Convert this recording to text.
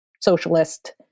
socialist